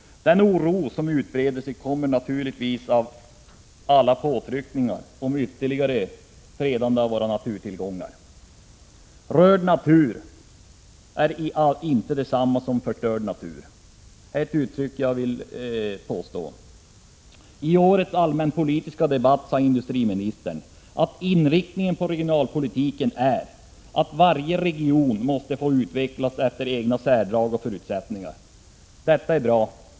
Den oro som utbreder sig kommer naturligtvis av alla påtryckningar om att ytterligare freda våra naturtillgångar. Rörd natur är inte detsamma som förstörd natur — det vill jag påstå. I årets allmänpolitiska debatt sade industriministern att inriktningen på regionalpolitiken är den att varje region måste få utvecklas efter egna särdrag och förutsättningar. Detta är bra!